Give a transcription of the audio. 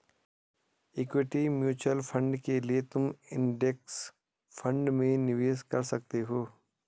equity mutual fund के लिए तुम इंडेक्स फंड में निवेश कर सकते हो